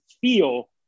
feel